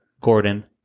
gordon